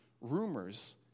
rumors